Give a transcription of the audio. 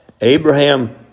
Abraham